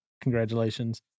Congratulations